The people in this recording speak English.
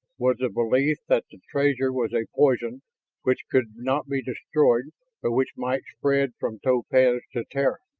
was the belief that the treasure was a poison which could not be destroyed but which might spread from topaz to terra.